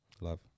Love